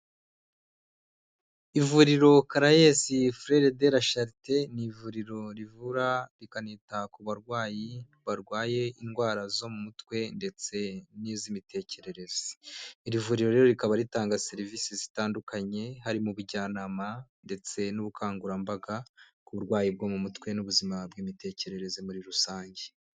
Ivuriro karayezi furere de ra sharite ni ivuriro rivura rikanita ku barwayi barwaye indwara zo mu mutwe ndetse n'iz'imitekerereze, iri vuriro rero rikaba ritanga serivisi zitandukanye, harimo ubujyanama ndetse n'ubukangurambaga ku burwayi bwo mu mutwe n'ubuzima bw'imitekerereze muri rusange.